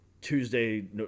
tuesday